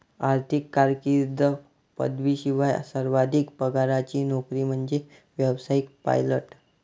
आर्थिक कारकीर्दीत पदवीशिवाय सर्वाधिक पगाराची नोकरी म्हणजे व्यावसायिक पायलट